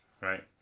Right